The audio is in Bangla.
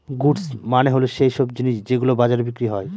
গুডস মানে হল সৈইসব জিনিস যেগুলো বাজারে বিক্রি হয়